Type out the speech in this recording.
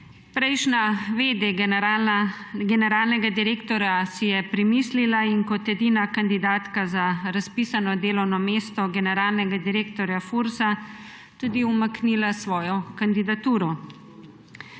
dolžnosti generalnega direktorja si je premislila in kot edina kandidatka za razpisano delovno mesto generalnega direktorja FURS tudi umaknila svojo kandidaturo.